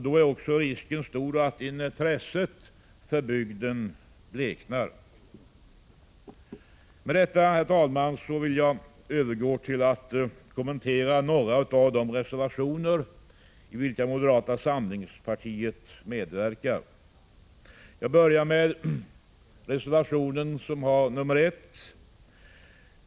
Då är risken stor att intresset för bygden bleknar. Med detta, herr talman, vill jag övergå till att kommentera några av de reservationer i vilka moderata samlingspartiet medverkar. Jag börjar med reservation 1.